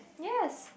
yes